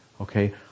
Okay